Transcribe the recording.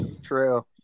true